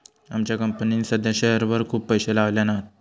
आमच्या कंपनीन साध्या शेअरवर खूप पैशे लायल्यान हत